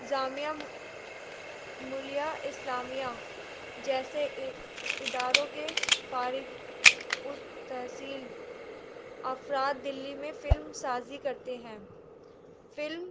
جامعہ ملیہ اسلامیہ جیسے اداروں کے فارغ التحصیل افراد دہلی میں فلم سازی کرتے ہیں فلم